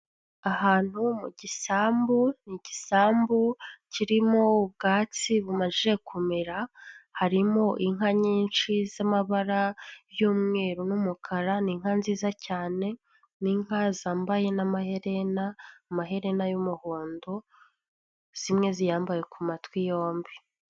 Ahantu mu gisambu, ni igisambu kirimo ubwatsi bumajije kumera, harimo inka nyinshi z'amabara y'umweru n'umukara, ni inka nziza cyane, inka zambaye n'amaherena, amaherena y'umuhondo, zimwe ziyambaye ku matwi yombi.